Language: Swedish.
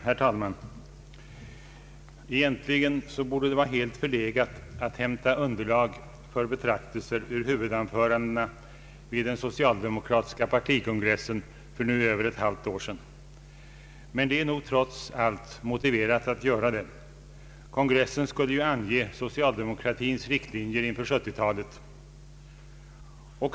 Herr talman! Egentligen borde det vara helt förlegat att hämta underlag för betraktelser ur huvudanförandena vid den socialdemokratiska partikongressen för över ett halvt år sedan, men det är trots allt motiverat att göra det. Kongressen skulle ange socialdemokratins riktlinjer inför 1970-talet.